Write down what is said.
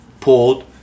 pulled